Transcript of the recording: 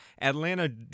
Atlanta